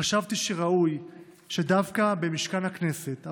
חשבתי שראוי שדווקא במשכן הכנסת,